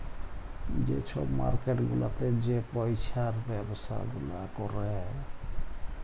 যে ছব মার্কেট গুলাতে যে পইসার ব্যবছা গুলা ক্যরে